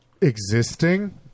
existing